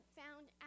found